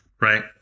right